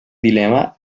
dilema